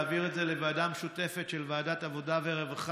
להעביר את זה לוועדה המשותפת של ועדת העבודה והרווחה